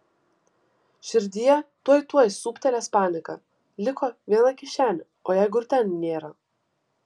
širdyje tuoj tuoj siūbtelės panika liko viena kišenė o jeigu ir ten nėra